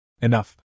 Enough